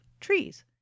trees